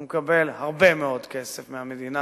הוא מקבל הרבה מאוד כסף מהמדינה.